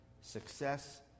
success